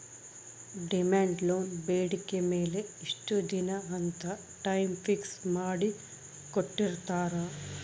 demand loan ಬೇಡಿಕೆ ಮೇಲೆ ಇಷ್ಟ ದಿನ ಅಂತ ಟೈಮ್ ಫಿಕ್ಸ್ ಮಾಡಿ ಕೋಟ್ಟಿರ್ತಾರಾ